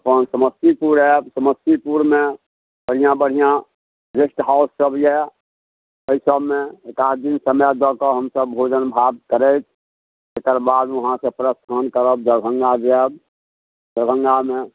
अपन समस्तीपुर आएब समस्तीपुरमे बढ़िआँ बढ़िआँ गेस्ट हाउससब अइ एहिसबमे एकाध दिन समय दऽ कऽ हमसब भोजन भात करैत तकर बाद वहाँसँ प्रस्थान करब दरभङ्गा जाएब दरभङ्गामे